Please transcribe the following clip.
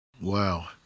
Wow